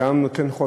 זה גם נותן חוזק,